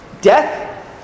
death